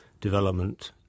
development